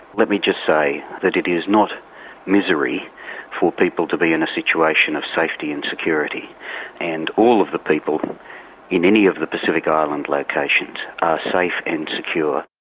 let me just say that it is not misery for people to be in a situation of safety and security and all of the people in any of the pacific island locations are safe and secure.